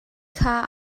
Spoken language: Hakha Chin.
kha